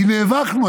כי נאבקנו,